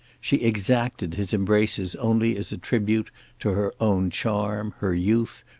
she exacted his embraces only as tribute to her own charm, her youth,